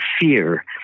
fear